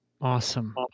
Awesome